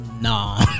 Nah